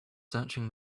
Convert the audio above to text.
searching